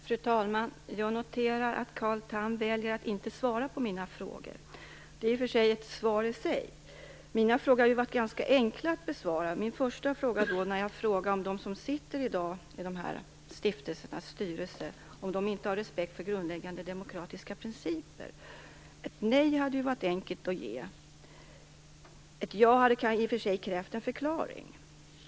Fru talman! Jag noterar att Carl Tham väljer att inte svara på mina frågor. Det är för all del ett svar i sig. Mina frågor har ju varit ganska enkla att besvara. Min första fråga gällde om de som i dag sitter i dessa stiftelsers styrelser inte har respekt för grundläggande demokratiska principer. Ett nej hade ju varit enkelt att ge. Ett ja hade krävt en förklaring.